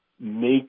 make